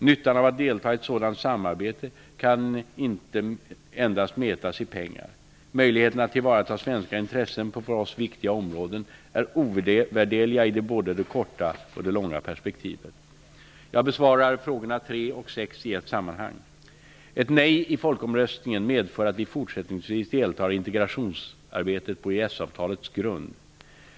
Nyttan av att delta i ett sådant samarbete kan inte endast mätas i pengar. Möjligheten att tillvarata svenska intressen på för oss viktiga områden är ovärderlig i både det korta och det långa perspektivet. Jag besvarar frågor tre och sex i ett sammanhang. Ett nej i folkomröstningen medför att vi fortsättningsvis deltar i integrationsarbetet på EES avtalets grund.